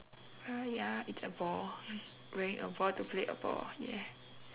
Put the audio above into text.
uh ya it's a ball wearing a ball to play a ball yeah